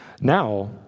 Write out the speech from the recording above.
Now